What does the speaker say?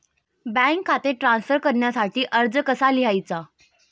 Bank खाते transfer करण्यासाठी अर्ज कसा लिहायचा?